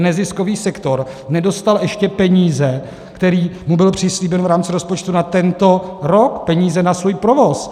Neziskový sektor nedostal ještě peníze, které mu byly přislíbeny v rámci rozpočtu na tento rok, peníze na svůj provoz.